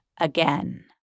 again